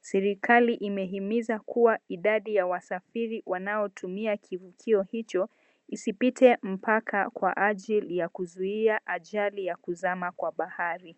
Serikali imehimiza kuwa idaidi ya wasafiri wanaotumia kivukio hicho usipite mpaka kwa haji ya kuzuia ajali ya kuzama kwa bahari.